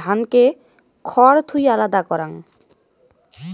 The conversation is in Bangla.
ধানকে খড় থুই আলাদা করাং